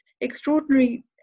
extraordinary